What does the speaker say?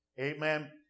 Amen